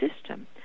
system